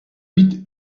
huit